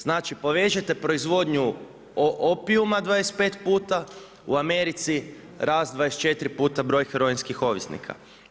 Znači povežete proizvodnju opijuma 25 puta u Americi rast 24 puta broj heroinskih ovisnika.